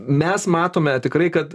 mes matome tikrai kad